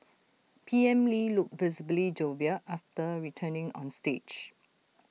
P M lee looked visibly jovial after returning on stage